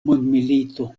mondmilito